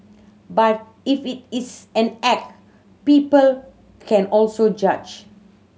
but if it its an act people can also judge